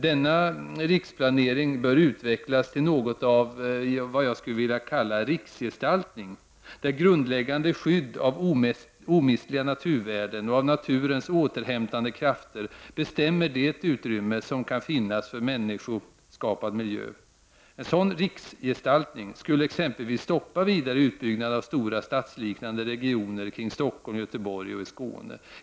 Denna riksplanering bör utvecklas till något av vad jag skulle vilja kalla riksgestaltning, där grundläggande skydd av omistliga naturvärden och av naturens återhämtande krafter bestämmer det utrymme som kan finnas för människoskapad miljö. En sådan riksgestaltning skulle exempelvis stoppa vidare utbyggnad av stora stadsliknande regioner kring Stockholm, Göteborg och i Skåne.